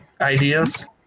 ideas